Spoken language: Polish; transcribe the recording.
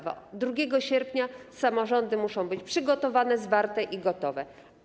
2 sierpnia samorządy muszą być przygotowane, zwarte i gotowe.